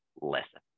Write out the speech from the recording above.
lesson